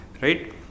right